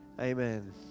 Amen